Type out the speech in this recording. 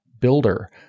builder